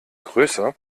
größe